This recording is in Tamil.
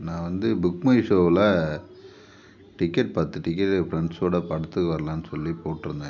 நான் வந்து புக் மை ஷோவில் டிக்கெட் பத்து டிக்கெட்டு ஃப்ரெண்ட்ஸோடு படத்துக்கு வரலான்னு சொல்லி போட்டிருந்தேன்